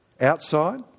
Outside